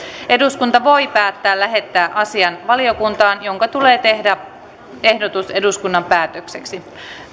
eduskunta voi päättää lähettää asian valiokuntaan jonka tulee tehdä ehdotus eduskunnan päätökseksi